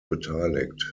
beteiligt